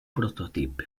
prototip